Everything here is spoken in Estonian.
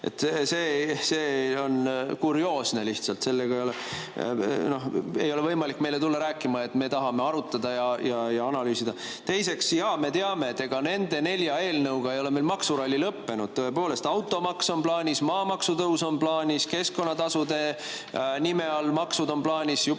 See on lihtsalt kurioosne! Ei ole võimalik tulla meile rääkima, et te tahate arutada ja analüüsida. Teiseks, jaa, me teame, et ega nende nelja eelnõuga ei ole meil maksuralli lõppenud. Tõepoolest, automaks on plaanis, maamaksu tõus on plaanis, keskkonnatasude nime all maksud on plaanis, juba